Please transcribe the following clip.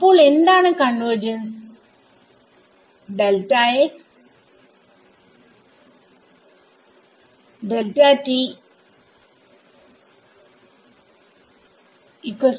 അപ്പോൾ എന്താണ് കൺവെർജൻസ്